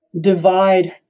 divide